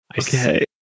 Okay